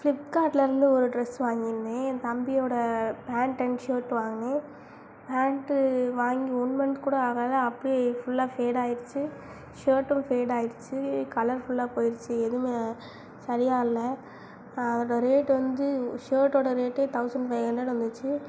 ஃப்ளிப்கார்ட்லயிர்ந்து ஒரு ட்ரெஸ் வாங்கியிருந்தேன் என் தம்பியோட பேண்ட் அண்ட் ஷேர்ட் வாங்கினே பேண்ட்டு வாங்கி ஒன் மந்த் கூட ஆகலை அப்படே ஃபுல்லாக ஃபேடாயிடுச்சு ஷேர்ட்டும் ஃபேடாயிடுச்சு கலர் ஃபுல்லாக போயிருச்சு எதுமே சரியாக இல்லை அதோட ரேட் வந்து ஒரு ஷேர்ட்டோட ரேட்டே தௌசண்ட் ஃபை ஹண்ட்ரட் வந்துச்சு